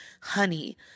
honey